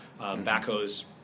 Backhoes